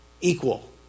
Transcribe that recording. equal